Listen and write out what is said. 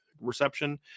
reception